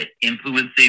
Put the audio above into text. influencing